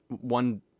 one